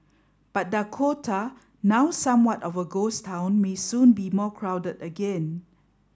but Dakota now somewhat of a ghost town may soon be more crowded again